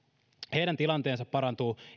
heidän tilanteensa parantuu